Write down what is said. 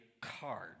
card